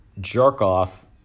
jerk-off